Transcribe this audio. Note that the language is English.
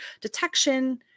detection